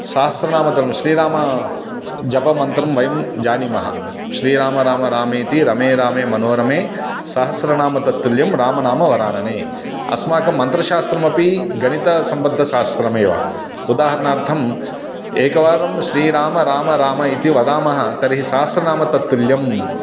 सहस्रनामकं श्रीरामजपमन्त्रं वयं जानीमः श्रीराम राम रामेति रमे रामे मनोरमे सहस्रनाम तत्तुल्यं रामनामवरानने अस्माकं मन्त्रशास्त्रमपि गणितसम्बद्धं शास्त्रमेव उदाहरणार्थम् एकवारं श्रीराम राम राम इति वदामः तर्हि सहस्रनाम्नः तत्तुल्यं